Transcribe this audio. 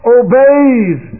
obeys